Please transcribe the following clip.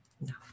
no